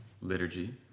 liturgy